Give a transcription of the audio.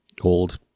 old